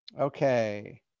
okay